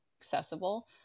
accessible